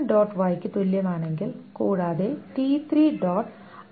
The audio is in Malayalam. Y യ്ക്ക് തുല്യമാണെങ്കിൽ കൂടാതെ t3